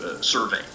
Survey